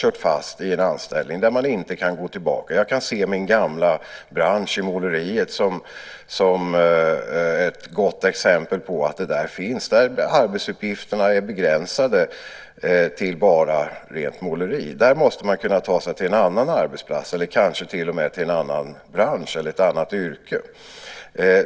Detta är ingen skillnad mot vad som har varit hittills. Jag kan se min gamla bransch, måleriet, som ett gott exempel på att detta finns. Arbetsuppgifterna är begränsade till bara rent måleri. Då måste man kunna ta sig till en annan arbetsplats eller kanske till och med till en annan bransch eller ett annat yrke.